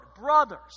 brothers